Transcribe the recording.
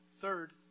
third